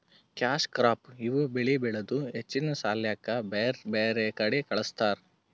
cash crop ಇವ್ ಬೆಳಿ ಬೆಳದು ಹೆಚ್ಚಿನ್ ಸಾಲ್ಯಾಕ್ ಬ್ಯಾರ್ ಬ್ಯಾರೆ ಕಡಿ ಕಳಸ್ತಾರ್